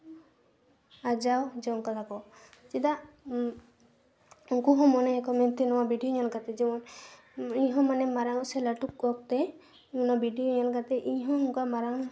ᱟᱨᱡᱟᱣ ᱡᱚᱝ ᱠᱟᱫᱟ ᱠᱚ ᱪᱮᱫᱟᱜ ᱩᱱᱠᱩ ᱦᱚᱸ ᱢᱚᱱᱮᱭᱟᱠᱚ ᱡᱮ ᱱᱚᱣᱟ ᱵᱷᱤᱰᱤᱭᱳ ᱧᱮᱞ ᱠᱟᱛᱮ ᱤᱧᱦᱚᱸ ᱢᱟᱱᱮ ᱢᱟᱨᱟᱝᱼᱚᱜ ᱥᱮ ᱞᱟᱹᱴᱩ ᱠᱚᱛᱮ ᱚᱱᱟ ᱵᱷᱤᱰᱤᱭᱳ ᱧᱮᱞ ᱠᱟᱛᱮ ᱤᱧᱦᱚᱸ ᱚᱱᱠᱟ ᱢᱟᱨᱟᱝ